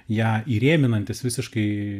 ją įrėminantis visiškai